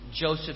Joseph